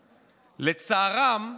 לצערם,